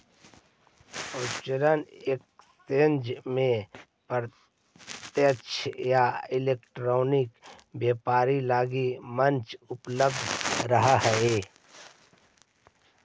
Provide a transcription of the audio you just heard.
future exchange में प्रत्यक्ष या इलेक्ट्रॉनिक व्यापार लगी मंच उपलब्ध रहऽ हइ